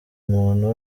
muntu